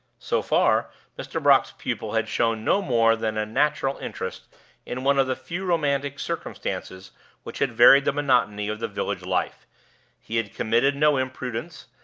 so far mr. brock's pupil had shown no more than a natural interest in one of the few romantic circumstances which had varied the monotony of the village life he had committed no imprudence,